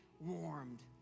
warmed